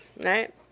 right